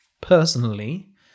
personally